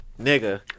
nigga